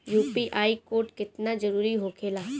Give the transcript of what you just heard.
UPI code केतना जरुरी होखेला?